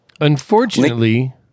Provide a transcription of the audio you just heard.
Unfortunately